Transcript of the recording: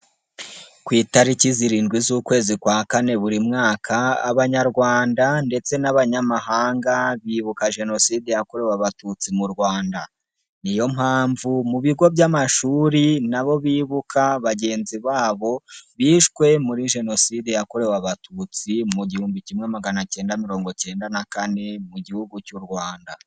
Ku itariki zirindwi z'ukwezi kwa kane buri mwaka, Abanyarwanda ndetse n'Abanyamahanga bibuka jenoside yakorewe Abatutsi mu Rwanda. Niyo mpamvu mu bigo by'amashuri nabo bibuka bagenzi babo bishwe muri jenoside yakorewe Abatutsi mu gihumbi kimwe maganacyenda mirongo cyenda nakane mu gihugu cy'u Rwanda.